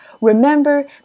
Remember